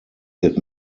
did